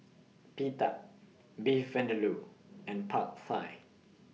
Pita Beef Vindaloo and Pad Fine